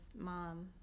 mom